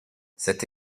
cette